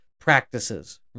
practices